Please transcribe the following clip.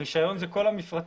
הרישיון זה כל המפרטים.